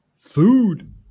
food